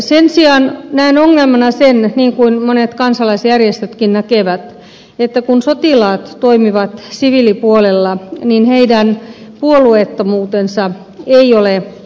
sen sijaan näen ongelmana sen niin kuin monet kansalaisjärjestötkin näkevät että kun sotilaat toimivat siviilipuolella niin heidän puolueettomuutensa ei ole riippumatonta